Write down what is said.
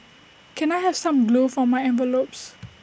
can I have some glue for my envelopes